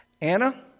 Anna